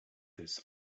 this